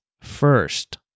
first